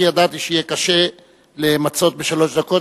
כי ידעתי שיהיה קשה למצות בשלוש דקות.